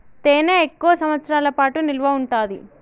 తేనె ఎక్కువ సంవత్సరాల పాటు నిల్వ ఉంటాది